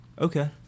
Okay